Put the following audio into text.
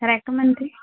recommend